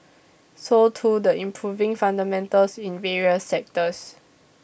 so too the improving fundamentals in various sectors